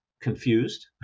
Confused